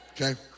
Okay